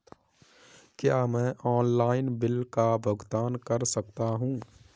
क्या मैं online bill का भुगतान कर सकता हूँ?